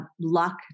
luck